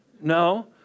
No